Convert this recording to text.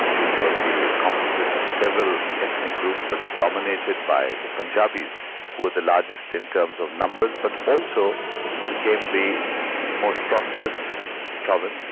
which was the composite of several ethnic groups, but dominated by the punjabis who were the largest in terms of numbers, but also became the most prosperous province,